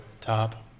top